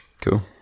Cool